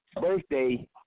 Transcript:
birthday